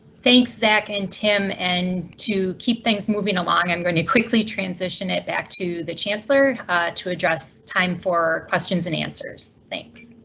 thanks, zack and tim, and to keep things moving along i'm gonna quickly transition it back to the chancellor to address time for questions and answers, thanks.